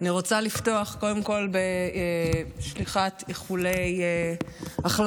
אני רוצה לפתוח קודם כול בשליחת איחולי החלמה